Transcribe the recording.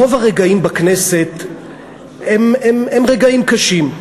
רוב הרגעים בכנסת הם רגעים קשים.